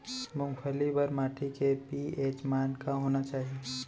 मूंगफली बर माटी के पी.एच मान का होना चाही?